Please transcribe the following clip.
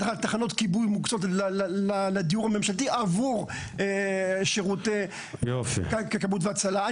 בדרך כלל תחנות כיבוי מוקצות לדיור הממשלתי עבור שירותי כבאות והצלה.